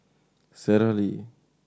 Sara Lee